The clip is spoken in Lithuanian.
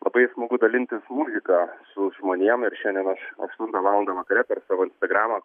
labai smagu dalintis muzika su žmonėm ir šiandien aš aštuntą valandą vakare per savo instagramą